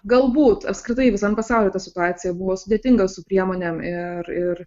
galbūt apskritai visam pasauly ta situacija buvo sudėtinga su priemonėm ir ir